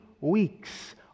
weeks